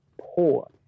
poor